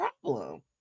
problem